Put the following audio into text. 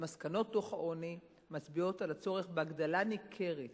מסקנות דוח העוני מצביעות על הצורך בהגדלה ניכרת